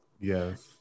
Yes